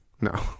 no